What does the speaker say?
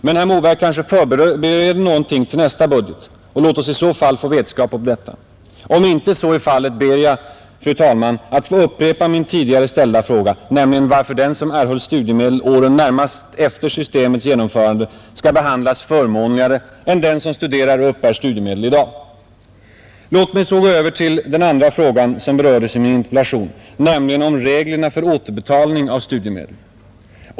Men herr Moberg kanske förbereder någonting till nästa budget — låt oss i så fall få vetskap om detta. Om inte så är fallet ber jag — fru talman — att få upprepa min tidigare ställda fråga, nämligen varför den som erhöll studiemedel åren närmast efter systemets genomförande skall behandlas förmånligare än den som studerar och uppbär studiemedel i dag. Låt mig så gå över till den andra frågan som berördes i min interpellation, nämligen om reglerna för återbetalning av studiemedel.